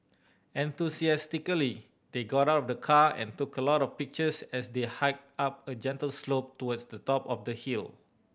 enthusiastically they got out of the car and took a lot of pictures as they hiked up a gentle slope towards the top of the hill